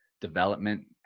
development